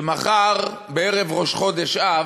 שמחר, בערב ראש חודש אב,